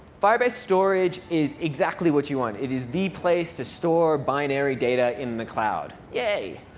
firebase storage is exactly what you want. it is the place to store binary data in the cloud. yay!